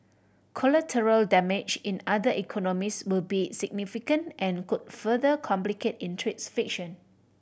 collateral damage in other economies will be significant and could further complicate in trades friction